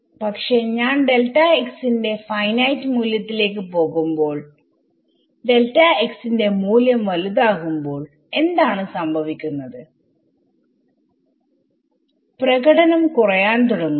പക്ഷെ ഞാൻ ന്റെ ഫൈനൈറ്റ് മൂല്യത്തിലേക്ക് പോകുമ്പോൾ ന്റെ മൂല്യം വലുതാകുമ്പോൾ എന്താണ് സംഭവിക്കുന്നത്പ്രകടനം കുറയാൻ തുടങ്ങുന്നു